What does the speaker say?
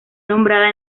nombrada